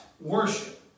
worship